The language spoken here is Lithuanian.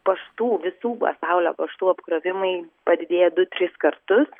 paštų visų pasaulio paštų apkrovimai padidėja du tris kartus